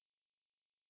竞争 lah 竞争